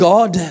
God